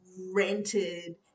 rented